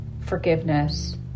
forgiveness